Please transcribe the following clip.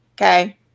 okay